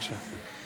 בבקשה.